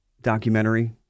documentary